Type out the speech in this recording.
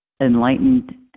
enlightened